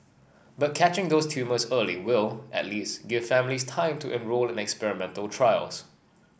but catching those tumours early will at least give families time to enrol in experimental trials